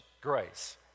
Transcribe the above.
grace